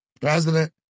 president